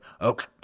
okay